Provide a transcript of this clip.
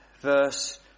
verse